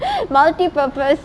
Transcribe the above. multi-purpose